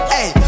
Hey